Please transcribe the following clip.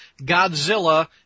Godzilla